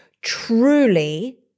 truly